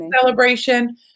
celebration